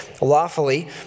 Lawfully